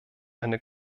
eine